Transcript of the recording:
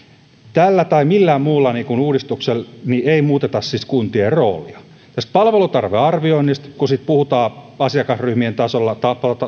tällä tai millään muulla uudistuksella ei muuteta siis kuntien roolia tämä palvelutarvearviointi kun puhutaan asiakasryhmien tasolla